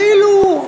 כאילו,